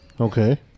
Okay